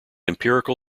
empirical